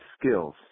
skills